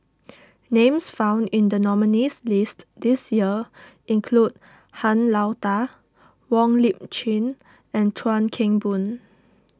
names found in the nominees' list this year include Han Lao Da Wong Lip Chin and Chuan Keng Boon